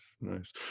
nice